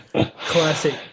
Classic